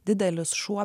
didelis šuo